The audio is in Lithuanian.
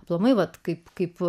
aplamai vat kaip kaip